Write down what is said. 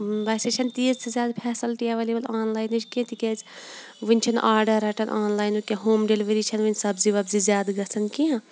ویسے چھَنہٕ تیٖژ تہِ زیادٕ فیسَلٹی اٮ۪ویلیبٕل آنلاینٕچ کہِ تِکیٛازِ وٕنہِ چھِنہٕ آرڈَر رَٹان آنلاینُک کینٛہہ ہول ڈٮ۪لؤری چھَنہٕ وٕنۍ سبزی وبزی زیادٕ گژھان کینٛہہ